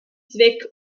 zweck